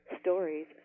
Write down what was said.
stories